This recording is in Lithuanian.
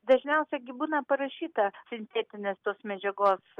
dažniausiai gi būna parašyta sintetinės tos medžiagos